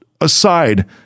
aside